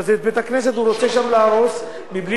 ואת בית-הכנסת הוא רוצה להרוס שם בלי